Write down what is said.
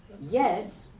yes